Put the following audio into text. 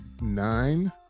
nine